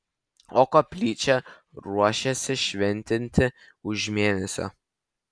o koplyčią ruošiasi šventinti už mėnesio